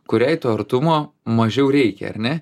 kuriai to artumo mažiau reikia ar ne